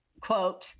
quote